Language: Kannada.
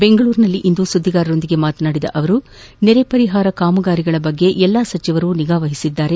ಬೆಂಗಳೂರಿನಲ್ಲಿಂದು ಸುದ್ದಿಗಾರರೊಂದಿಗೆ ಮಾತನಾಡಿದ ಅವರು ನೆರೆ ಪರಿಹಾರ ಕಾಮಗಾರಿಗಳ ಬಗ್ಗೆ ಎಲ್ಲ ಸಚಿವರು ನಿಗಾವಹಿಸಿದ್ದಾರೆ